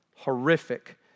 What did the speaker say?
Horrific